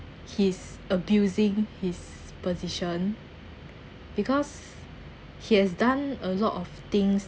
he's abusing his position because he has done a lot of things